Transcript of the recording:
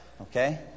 Okay